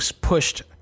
pushed